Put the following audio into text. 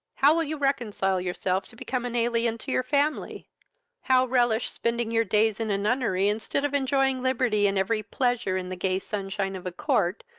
how will you reconcile yourself to become an alien to your family how relish spending your days in a nunnery, instead of enjoying liberty and every pleasure in the gay sunshine of a court,